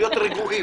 ולהיות רגועים.